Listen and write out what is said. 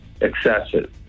excessive